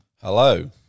Hello